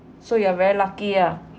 so you are very lucky ah